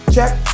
Check